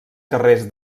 carrers